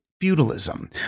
feudalism